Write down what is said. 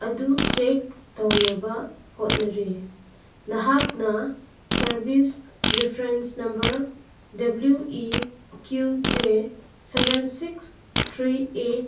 ꯑꯗꯨ ꯆꯦꯛ ꯇꯧꯅꯕ ꯍꯣꯠꯅꯔꯤ ꯅꯍꯥꯛꯅ service reference number W E Q J seven six three eight